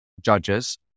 Judges